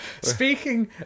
Speaking